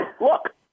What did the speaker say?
look